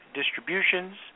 distributions